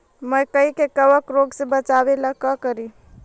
मकई के कबक रोग से बचाबे ला का करि?